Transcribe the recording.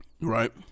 Right